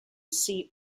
see